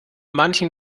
manchen